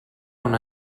una